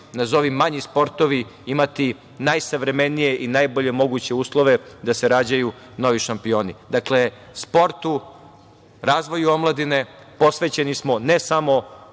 nazovi manji sportovi imati najsavremenije i najbolje moguće uslove da se rađaju novi šampioni. Dakle, sportu, razvoju omladine posvećeni smo ne samo